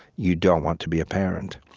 you don't want to be a parent,